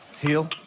heal